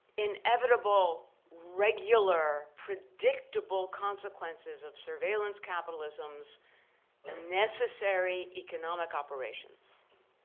inevitable, regular, predictable consequences of surveillance capitalism's and necessary economic operations?